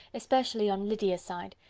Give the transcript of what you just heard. especially on lydia's side,